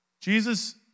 Jesus